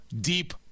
deep